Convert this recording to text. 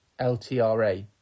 LTRA